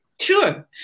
Sure